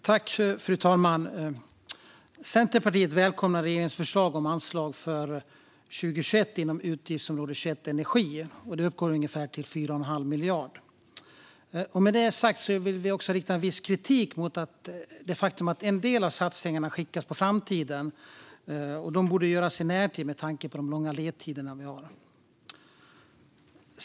Fru talman! Centerpartiet välkomnar regeringens förslag om anslag för 2021 inom Utgiftsområde 21 Energi. Det uppgår till ungefär 4 1⁄2 miljard. Med det sagt vill vi också rikta viss kritik mot det faktum att en del av satsningarna skickas på framtiden. De borde göras i närtid med tanke på de långa ledtider vi har.